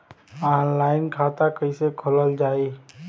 Online खाता कईसे खोलल जाई?